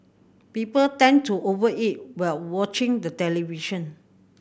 people tend to over eat while watching the television